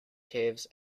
caves